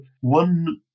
one